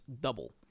double